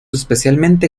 especialmente